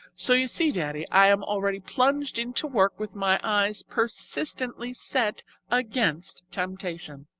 so you see, daddy, i am already plunged into work with my eyes persistently set against temptation.